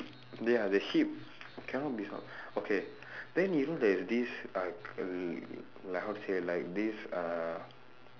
yeah the sheep cannot miss out okay then you know there's this uh uh like how to say like this uh